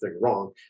wrong